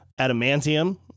adamantium